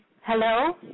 Hello